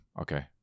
Okay